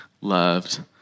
loved